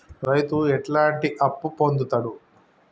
రైతు ఎట్లాంటి అప్పు పొందుతడు?